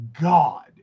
God